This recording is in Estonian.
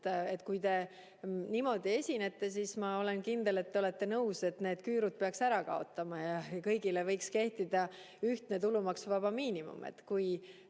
Kui te niimoodi esinete, siis ma olen kindel, et te olete nõus, et need küürud peaks ära kaotama ja kõigile võiks kehtida ühtne tulumaksuvaba miinimum.